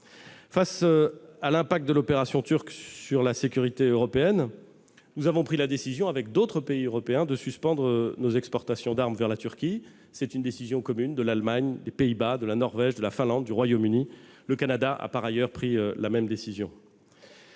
Face à l'impact de cette opération militaire sur la sécurité européenne, nous avons décidé, avec d'autres pays, de suspendre nos exportations d'armes vers la Turquie. C'est une décision commune de l'Allemagne, des Pays-Bas, de la Norvège, de la Finlande et du Royaume-Uni. Le Canada a pris la même décision.